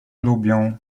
lubią